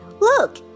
look